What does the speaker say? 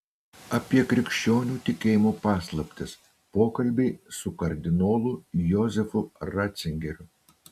apie krikščionių tikėjimo paslaptis pokalbiai su kardinolu jozefu racingeriu